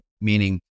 meaning